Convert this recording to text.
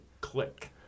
click